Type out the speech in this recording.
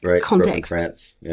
context